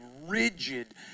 rigid